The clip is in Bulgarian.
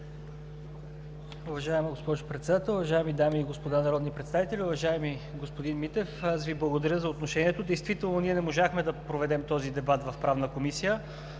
Уважаема госпожо Председател, уважаеми дами и господа народни представители! Уважаеми господин Митев, аз Ви благодаря за отношението. Действително ние не можахме да проведем този дебат в Правната комисия.